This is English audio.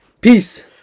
peace